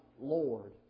Lord